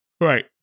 Right